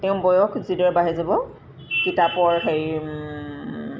তেওঁ বয়স যিদৰে বাঢ়ি যাব কিতাপৰ হেৰি